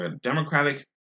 Democratic